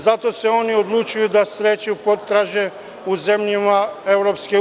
Zato se oni odlučuju da sreću potraže u zemljama EU.